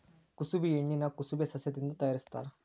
ಕುಸಬಿ ಎಣ್ಣಿನಾ ಕುಸಬೆ ಸಸ್ಯದಿಂದ ತಯಾರಿಸತ್ತಾರ